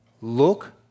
look